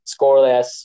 scoreless